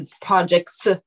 projects